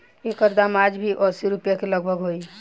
एकर दाम आज भी असी रुपिया के लगभग होई